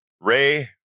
Ray